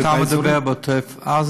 אתה מדבר על עוטף-עזה?